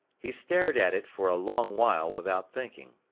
he stared at it for a long while without thinking.